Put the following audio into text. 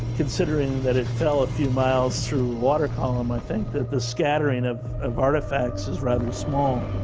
considering that it fell a few miles through water column i think that the scattering of of artifacts is rather small